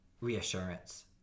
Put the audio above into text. reassurance